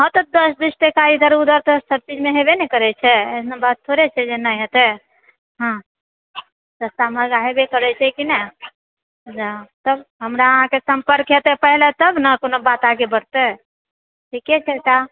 हँ तऽ दस बीस टका तऽ इधर उधर सब चीजमे हेबे ने करै छै एहन बात थोड़े छै जे नहि हेतै हँ ता रहबे करै छै कि नहि तब हमरा से सम्पर्क हेतै पहिले तब ने कोनो बात आगे बढ़तै ठीके छै तऽ